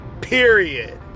period